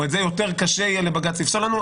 או את זה יותר קשה יהיה לבג"ץ לפסול לנו.